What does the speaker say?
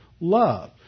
love